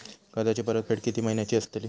कर्जाची परतफेड कीती महिन्याची असतली?